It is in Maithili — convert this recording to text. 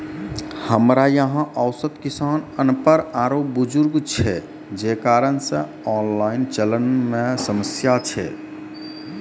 हमरा यहाँ औसत किसान अनपढ़ आरु बुजुर्ग छै जे कारण से ऑनलाइन चलन मे समस्या छै?